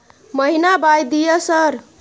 महीना बाय दिय सर?